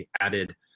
added